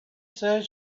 said